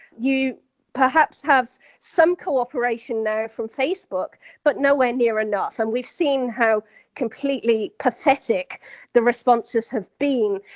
you perhaps have some cooperation now from facebook, but nowhere near enough, and we've seen how completely pathetic the responses have been.